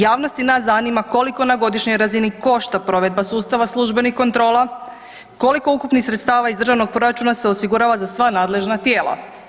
Javnost i nas zanima koliko na godišnjoj razini košta provedba sustava službenih kontrola, koliko ukupnih sredstava iz državnog proračuna se osigurava za sva nadležna tijela?